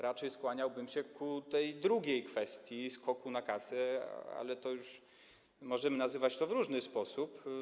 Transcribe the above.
Raczej skłaniałbym się ku tej drugiej kwestii, ku skokowi na kasę, ale to już możemy nazywać w różny sposób.